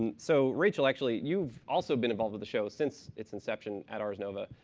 and so rachel, actually, you've also been involved with the show since its inception at ars nova.